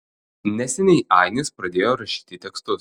neseniai ainis pradėjo rašyti tekstus